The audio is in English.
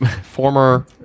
former